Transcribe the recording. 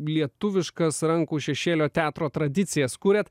lietuviškas rankų šešėlio teatro tradicijas kuriat